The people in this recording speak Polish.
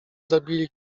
zabili